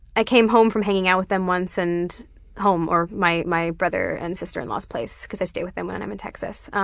i came home from hanging out with them once and home, my my brother and sister-in-law's place because i stay with them when i'm in texas